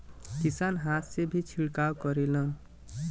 किसान हाथ से भी छिड़काव करेलन